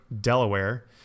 Delaware